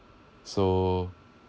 so